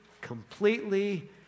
completely